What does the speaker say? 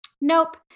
nope